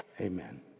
amen